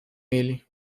ele